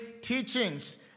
teachings